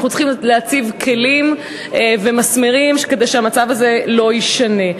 אנחנו צריכים להציב כלים ומסמרים כדי שהמצב הזה לא יישנה.